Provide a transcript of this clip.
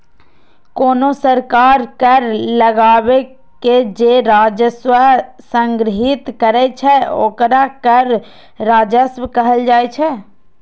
कोनो सरकार कर लगाके जे राजस्व संग्रहीत करै छै, ओकरा कर राजस्व कहल जाइ छै